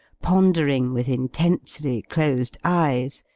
pondering with intensely closed eyes,